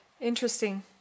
Interesting